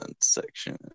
section